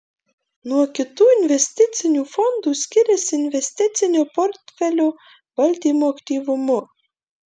nuo kitų investicinių fondų skiriasi investicinio portfelio valdymo aktyvumu